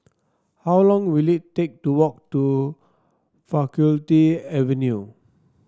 how long will it take to walk to Faculty Avenue